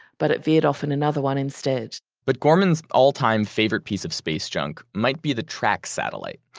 but it veered off in another one instead but gorman's all-time favorite piece of space junk might be the track satellite,